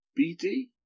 BD